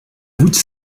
voûte